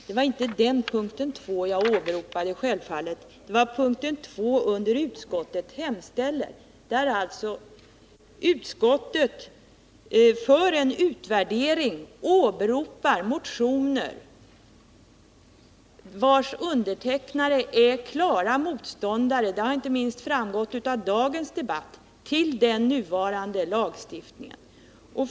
Det var självfallet inte den p. 2 som jag åberopade, utan det var p. 2 under ”Utskottet hemställer”, där utskottet såsom motivering för en utvärdering åberopar motioner vilkas undertecknare är klara motståndare till den nuvarande lagstiftningen — detta har framgått, inte minst av dagens debatt.